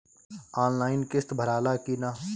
Online किस्त भराला कि ना?